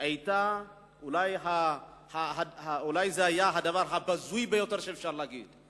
היו אולי הדבר הבזוי ביותר שאפשר להגיד.